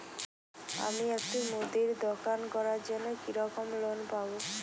আমি একটি মুদির দোকান করার জন্য কি রকম লোন পাব?